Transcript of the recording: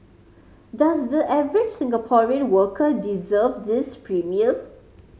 does the average Singaporean worker deserve this premium